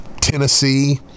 Tennessee